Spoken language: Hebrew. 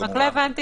רק לא הבנתי,